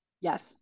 Yes